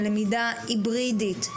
ללמידה היברידית,